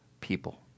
people